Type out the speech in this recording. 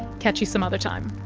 catch you some other time